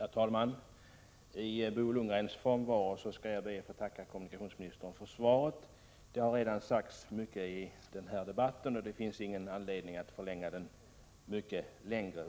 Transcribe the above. Herr talman! I Bo Lundgrens frånvaro skall jag be att få tacka kommunikationsministern för svaret. Det har redan sagts mycket i den här debatten, och det finns ingen anledning att förlänga den